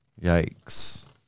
yikes